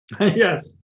Yes